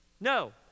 No